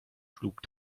schlug